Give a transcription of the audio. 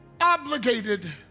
obligated